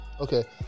Okay